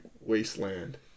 wasteland